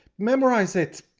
memorize it.